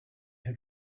had